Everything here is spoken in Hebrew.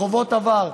חובות עבר.